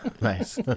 Nice